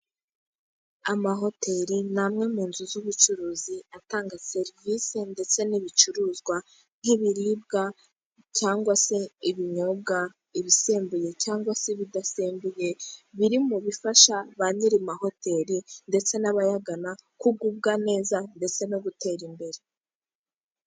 Amahoteri ni amwe mu nzu z'ubucuruzi atanga serivisi ndetse n'ibicuruzwa, nk'ibiribwa cyangwa se ibinyobwa ibisembuye cyangwa se ibidasembuye, biri mu bifasha ba nyiri mahoteri ndetse n'abayagana kugubwa neza, ndetse no gutera imbere.